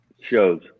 Shows